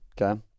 Okay